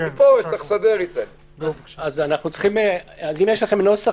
אם יש לכם נוסח